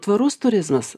tvarus turizmas